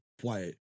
quiet